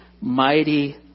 mighty